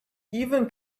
even